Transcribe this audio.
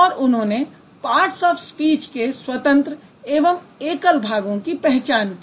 और उन्होंने parts of speech के स्वतंत्र एवं एकल भागों की पहचान की